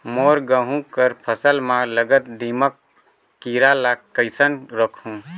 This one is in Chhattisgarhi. मोर गहूं कर फसल म लगल दीमक कीरा ला कइसन रोकहू?